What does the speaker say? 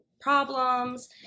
problems